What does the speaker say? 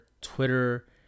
Twitter